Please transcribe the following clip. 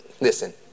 listen